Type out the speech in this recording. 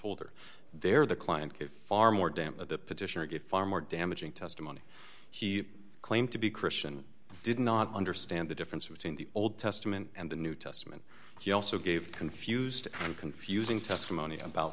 holder they're the client get far more damage the petitioner get far more damaging testimony he claimed to be christian did not understand the difference between the old testament and the new testament he also gave confused and confusing testimony about